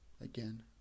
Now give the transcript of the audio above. again